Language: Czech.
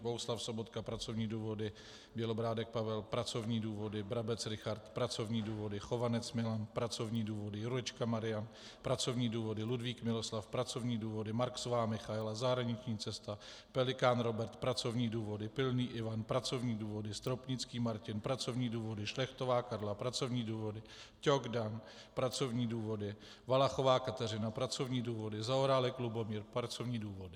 Bohuslav Sobotka pracovní důvody, Bělobrádek Pavel pracovní důvody, Brabec Richard pracovní důvody, Chovanec Milan pracovní důvody, Jurečka Marian pracovní důvody, Ludvík Miloslav pracovní důvody, Marksová Michaela zahraniční cesta, Pelikán Robert pracovní důvody, Pilný Ivan pracovní důvody, Stropnický Martin pracovní důvody, Šlechtová Karla pracovní důvody, Ťok Dan pracovní důvody, Valachová Kateřina pracovní důvody, Zaorálek Lubomír pracovní důvody.